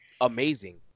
amazing